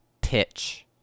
pitch